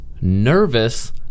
nervous